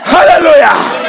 Hallelujah